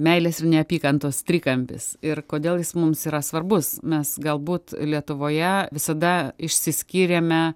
meilės ir neapykantos trikampis ir kodėl jis mums yra svarbus mes galbūt lietuvoje visada išsiskyrėme